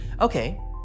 Okay